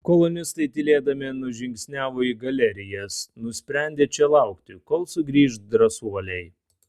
kolonistai tylėdami nužingsniavo į galerijas nusprendę čia laukti kol sugrįš drąsuoliai